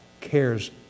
cares